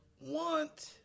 want